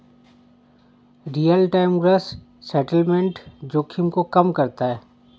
real time gross settlement जोखिम को कम करता है